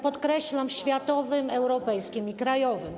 Podkreślam: światowym, europejskim i krajowym.